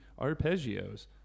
arpeggios